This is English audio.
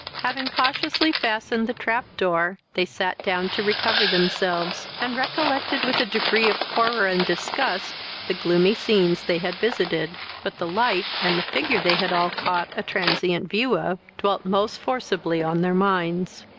having cautiously fastened the trap-door, they sat down to recover themselves, and recollected with a degree of horror and disgust the gloomy scenes they had visited but the light, and the figure they had all caught a transient view of, dwelt most forcibly on their minds.